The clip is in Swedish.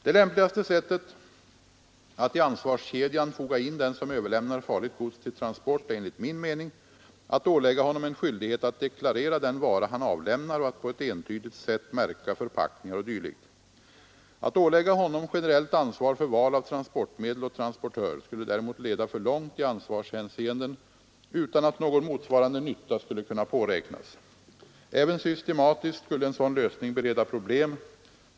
Det lämpligaste sättet att i ansvarskedjan foga in den som överlämnar farligt gods till transport är enligt min mening att ålägga honom en skyldighet att deklarera den vara han avlämnar och att på ett entydigt sätt märka förpackningar o. d. Att ålägga honom generellt ansvar för val av transportmedel och transportör skulle däremot leda för långt i ansvarshänseende utan att någon motsvarande nytta skulle kunna påräknas. Även systematiskt skulle en sådan lösning bereda problem.